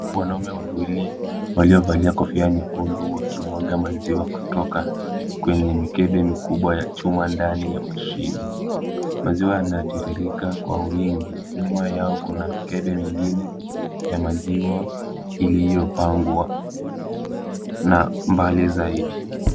Wanaume wawili waliovalia kofia nyekundu wakimwaga maziwa kutoka kwenye mikebe mikubwa ya chuma ndani ya mashini . Maziwa yanatiririka kwa wingi. Nyuma yao kuna mikebe mingine ya maziwa iliyopangwa na mbali zaidi.